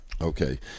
Okay